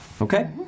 Okay